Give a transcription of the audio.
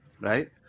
right